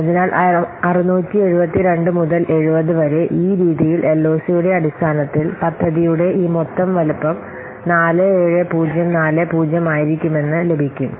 അതിനാൽ 672 മുതൽ 70 വരെ ഈ രീതിയിൽ എൽഒസിയുടെ അടിസ്ഥാനത്തിൽ പദ്ധതിയുടെ ഈ മൊത്തം വലുപ്പം 47040 ആയിരിക്കുമെന്ന് ലഭിക്കും